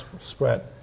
spread